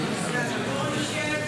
רגע,